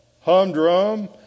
humdrum